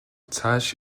цааш